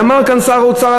אמר כאן שר האוצר,